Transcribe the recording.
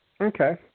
Okay